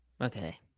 Okay